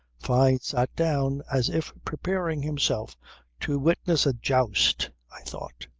fyne sat down as if preparing himself to witness a joust, i thought.